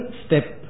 step